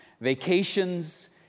Vacations